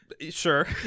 Sure